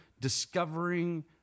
discovering